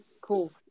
cool